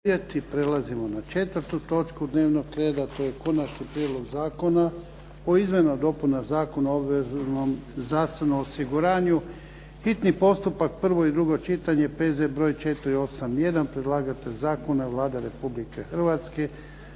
Prelazimo na 4. točku dnevnog reda, to je - Konačni prijedlog Zakona o izmjenama i dopunama Zakona o obveznom zdravstvenom osiguranju, hitni postupak, prvo i drugo čitanje, P.Z. br. 481. Predlagatelj zakona je Vlada Republike Hrvatske.